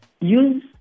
use